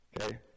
okay